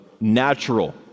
Natural